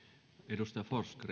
arvoisa